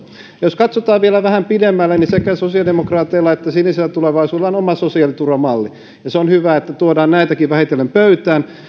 jos katsotaan vielä vähän pidemmälle niin sekä sosiaalidemokraateilla että sinisellä tulevaisuudella on oma sosiaaliturvamalli ja se on hyvä että tuodaan näitäkin vähitellen pöytään